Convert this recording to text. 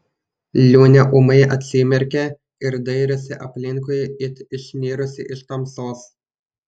liūnė ūmai atsimerkė ir dairėsi aplinkui it išnirusi iš tamsos